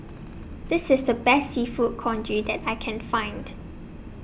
This IS The Best Seafood Congee that I Can Find